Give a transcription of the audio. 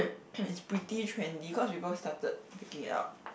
it's pretty trendy cause we both started picking it up